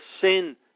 sin